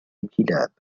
الكلاب